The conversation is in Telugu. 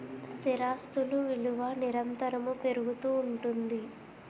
స్థిరాస్తులు విలువ నిరంతరము పెరుగుతూ ఉంటుంది